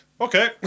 okay